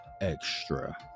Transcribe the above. extra